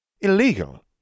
Illegal